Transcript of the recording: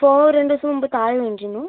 phone രണ്ട് ദിവസം മുമ്പ് താഴെ വീണിരുന്നു